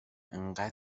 انقدر